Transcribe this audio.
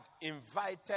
invited